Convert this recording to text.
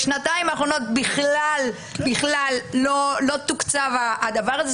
בשנתיים האחרונות בכלל בכלל לא תוקצב הדבר הזה.